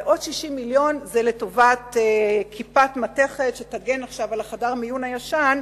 ועוד 60 מיליון זה לטובת כיפת מתכת שתגן עכשיו על חדר המיון הישן,